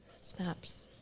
Snaps